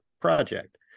project